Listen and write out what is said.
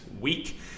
week